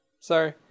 Sorry